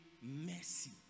mercy